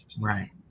Right